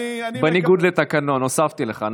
בניגוד לתקנון הוספתי לך.